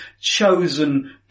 chosen